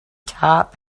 top